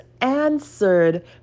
answered